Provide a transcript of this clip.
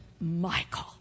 Michael